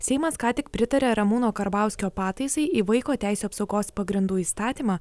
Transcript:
seimas ką tik pritarė ramūno karbauskio pataisai į vaiko teisių apsaugos pagrindų įstatymą